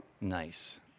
Nice